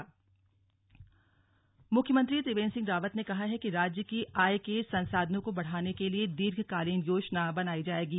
समीक्षा बैठक मुख्यमंत्री त्रिवेन्द्र सिंह रावत ने कहा है कि राज्य की आय के संसाधनों को बढ़ाने के लिए दीर्घकालीन योजना बनायी जाएंगी